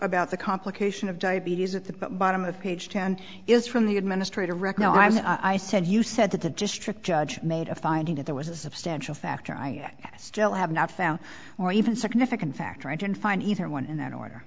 about the complication of diabetes at the bottom of page ten is from the administrative record i said you said that the district judge made a finding that there was a substantial factor i still have not found or even significant factor entered find either one in that order